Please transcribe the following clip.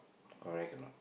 correct or not